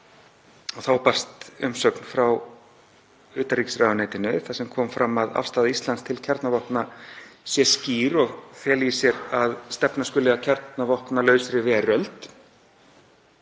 Þá barst umsögn frá utanríkisráðuneytinu þar sem kom fram að afstaða Íslands til kjarnavopna sé skýr og feli í sér að stefna skuli að kjarnavopnalausri veröld.